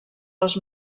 les